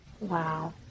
Wow